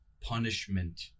Punishment